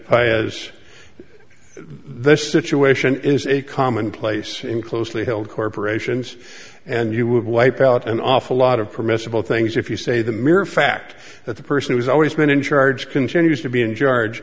i as this situation is a commonplace in closely held corporations and you would wipe out an awful lot of permissible things if you say the mere fact that the person has always been in charge continues to be in charge